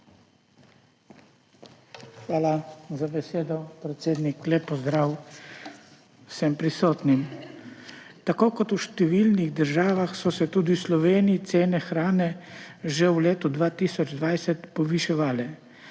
Hvala za besedo, predsednik. Lep pozdrav vsem prisotnim! Tako kot v številnih državah so se tudi v Sloveniji cene hrane že v letu 2020 poviševale.